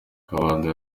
kabanda